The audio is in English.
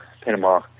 Panama